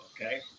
Okay